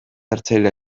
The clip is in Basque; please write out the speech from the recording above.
hartzaile